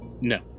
No